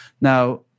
Now